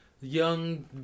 young